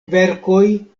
verkoj